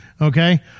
Okay